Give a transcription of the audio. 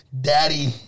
Daddy